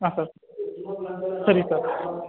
ಹಾಂ ಸರ್ ಸರಿ ಸರ್